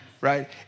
right